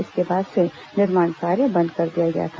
इसके बाद से निर्माण कार्य बंद कर दिया गया था